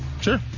Sure